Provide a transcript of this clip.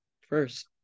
first